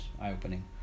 eye-opening